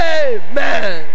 amen